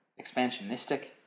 expansionistic